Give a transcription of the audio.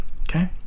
okay